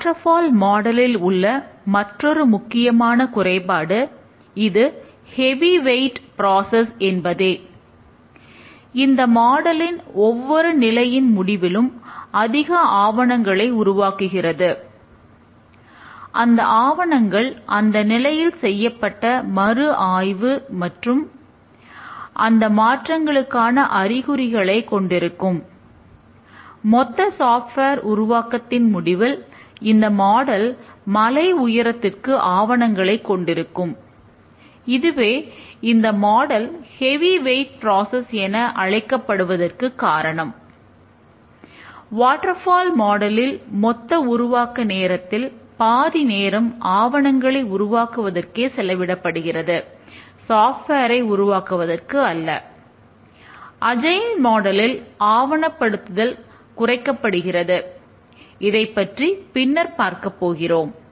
water fall மாடலில் ஆவணப்படுத்தல் குறைக்கப்படுகிறது இதைப்பற்றி பின்னர் பார்க்கப் போகிறோம்